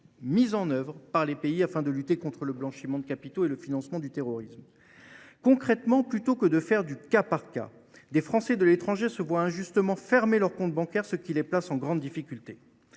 mises en œuvre par les pays afin de lutter contre le blanchiment de capitaux et le financement du terrorisme. Concrètement, plutôt que de faire l’objet d’un examen au cas par cas, des Français de l’étranger voient injustement leur compte bancaire fermé, ce qui les place en grande difficulté.